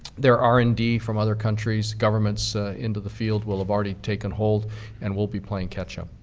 their r and d from other countries' governments into the field will have already taken hold and we'll be playing catch up.